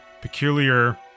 peculiar